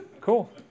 cool